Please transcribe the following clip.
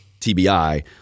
TBI